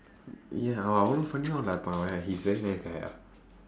ஏன் அவன் அவ்வளவு:een avan avvalavu frienda இப்ப அவன்:ippa avan he's very nice guy ah